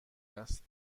است